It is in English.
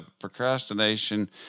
procrastination